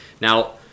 Now